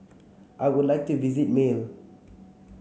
I would like to visit Male